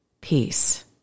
peace